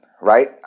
Right